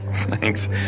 thanks